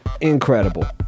incredible